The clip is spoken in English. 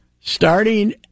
starting